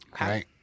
right